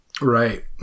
right